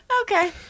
Okay